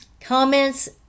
comments